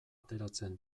ateratzen